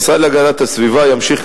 המשרד להגנת הסביבה ימשיך,